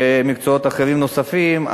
ומקצועות אחרים, נוספים.